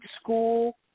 School